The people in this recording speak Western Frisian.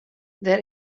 der